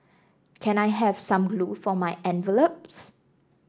can I have some glue for my envelopes